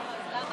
כבוד היושבת-ראש,